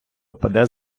впаде